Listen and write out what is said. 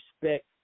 respect